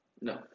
No